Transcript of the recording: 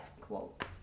quote